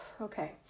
Okay